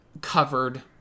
covered